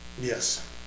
Yes